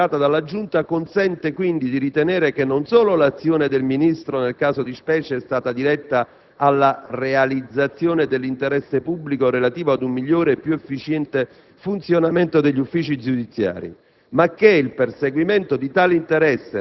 La ricostruzione dei fatti operata dalla Giunta consente, quindi, di ritenere che non solo l'azione del Ministro nel caso di specie è stata diretta alla realizzazione dell'interesse pubblico relativo ad un migliore e più efficiente funzionamento degli uffici giudiziari,